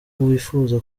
wifuza